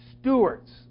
stewards